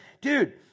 Dude